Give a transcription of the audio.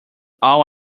all